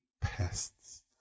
pests